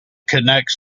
connects